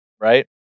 right